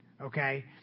okay